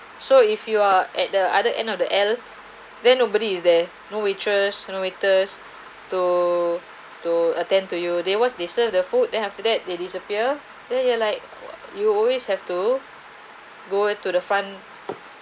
so if you are at the other end of the L then nobody is there no waitress no waiters to to attend to you they once they serve the food then after that they disappear then you like you always have to go to the front